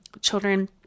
children